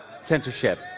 censorship